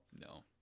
No